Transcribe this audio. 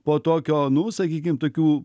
po tokio nu sakykim tokių